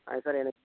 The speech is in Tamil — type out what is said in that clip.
ஆ சார் எனக்